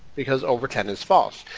because overten is false.